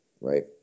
right